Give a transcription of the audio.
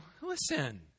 listen